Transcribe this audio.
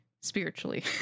spiritually